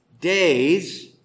days